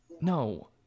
no